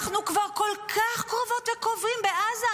אנחנו כבר כל כך קרובות וקרובים בעזה,